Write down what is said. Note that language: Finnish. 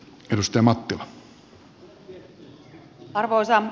arvoisa puhemies